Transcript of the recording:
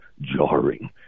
jarring